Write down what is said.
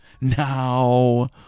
Now